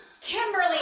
Kimberly